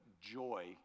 joy